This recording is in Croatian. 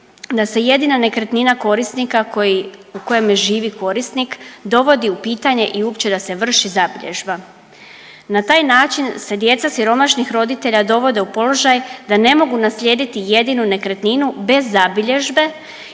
da se jedina nekretnina korisnika koji, u kojemu živi korisnik dovodi u pitanje i uopće da se vrši zabilježba. Na taj način se djeca siromašnih roditelja dovode u položaj da ne mogu naslijediti jedinu nekretninu bez zabilježbe